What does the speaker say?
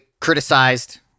criticized